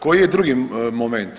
Koji je drugi moment?